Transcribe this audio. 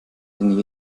denn